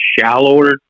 shallower